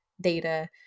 data